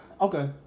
Okay